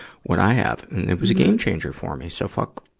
what i have. and it was a game changer for me. so fuck,